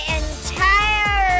entire